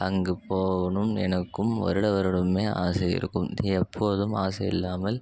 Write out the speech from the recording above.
அங்கு போகணும்னு எனக்கும் வருடம் வருடமே ஆசை இருக்கும் எப்போதும் ஆசை இல்லாமல்